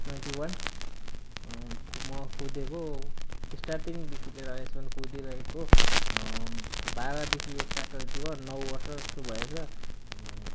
twenty one म कुदेको स्टार्टिङदेखिन् लिएर अहिलेसमन कुदिरहेको बाह्रदेखि यता ट्वेन्टी वान नौ वर्ष जस्तो भएछ अनि